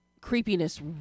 creepiness